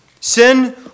Sin